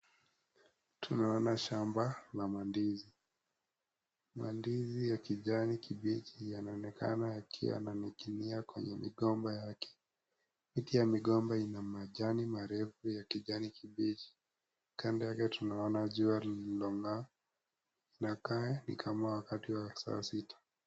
Tunaona shamba ya mandizi. Mandizi ya kijani kibichi yanaonekana yakiwa yaning'inia kwenye migomba yake. Miti ya migomba ina majani marefu ya kijani kibichi. Kando yake tunaona jua lililong'aa. Inakaa kama wakati wa saa sita.